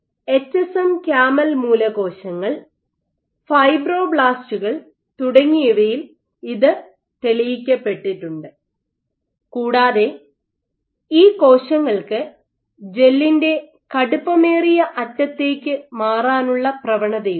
HSM camel മൂലകോശങ്ങൾ ഫൈബ്രോബ്ലാസ്റ്റുകൾ തുടങ്ങിയവയിൽ ഇത് തെളിയിക്കപ്പെട്ടിട്ടുണ്ട് കൂടാതെ ഈ കോശങ്ങൾക്ക് ജെല്ലിന്റെ കടുപ്പമേറിയ അറ്റത്തേക്ക് മാറാനുള്ള പ്രവണതയുണ്ട്